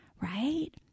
right